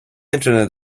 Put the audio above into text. internet